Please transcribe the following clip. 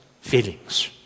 feelings